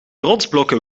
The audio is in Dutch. rotsblokken